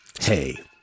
hey